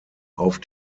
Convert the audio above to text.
auf